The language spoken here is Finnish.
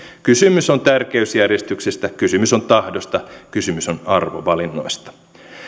kysymys on tärkeysjärjestyksestä kysymys on tahdosta kysymys on arvovalinnoista